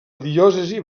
diòcesi